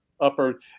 upper